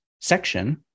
section